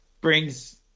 brings